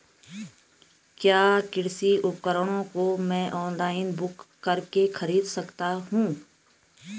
क्या कृषि उपकरणों को मैं ऑनलाइन बुक करके खरीद सकता हूँ?